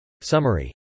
Summary